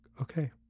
Okay